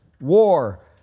War